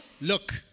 look